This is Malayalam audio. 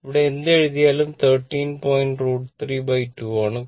ഇവിടെ എന്തെഴുതിയാലും 13 പോയിന്റ് √ 32 ആണ്